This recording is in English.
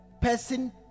person